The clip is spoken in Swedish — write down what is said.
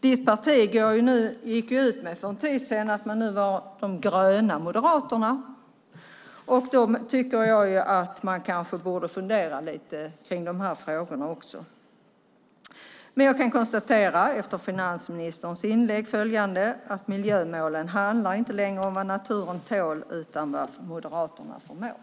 Hans parti gick för en tid sedan ut med att man nu var de gröna Moderaterna. Då borde man kanske fundera lite grann kring dessa frågor också. Jag kan efter finansministerns inlägg konstatera följande: Miljömålen handlar inte längre om vad naturen tål utan om vad Moderaterna förmår.